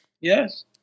Yes